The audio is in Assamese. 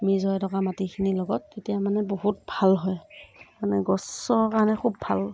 মিছ হৈ থকা মাটিখিনিৰ লগত তেতিয়া মানে বহুত ভাল হয় মানে গছৰ কাৰণে খুব ভাল